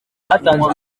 hatanzwe